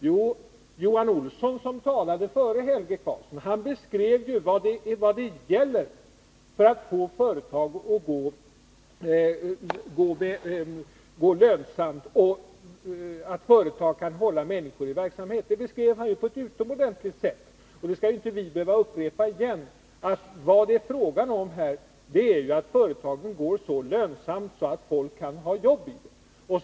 Jo, Johan Olsson, som talade före Helge Karlsson, beskrev ju vad som behövs för att man skall få företag att gå lönsamt och kunna hålla människor i verksamhet. Det beskrev han på ett utomordentligt sätt, och det behöver inte upprepas igen. Vad det är fråga om är att göra företagen så lönsamma att folk kan ha jobb där.